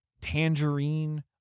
Tangerine